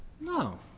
No